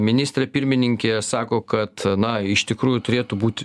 ministrė pirmininkė sako kad na iš tikrųjų turėtų būt